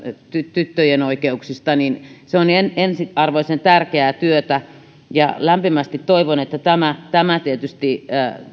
tyttöjen oikeuksista niin se on ensiarvoisen tärkeää työtä ja lämpimästi toivon että tämä tämä tietysti